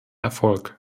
erfolg